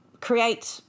create